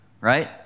right